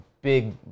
big